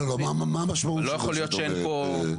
מה המשמעות של מה שאת אומרת?